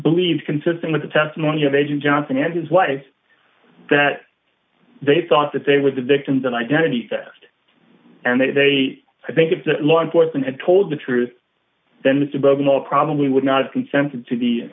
believes consistent with the testimony of agent johnson and his wife that they thought that they were the victims of identity theft and they i think if that law enforcement had told the truth then the suburban or probably would not consent to the